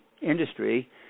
industry